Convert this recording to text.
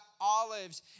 olives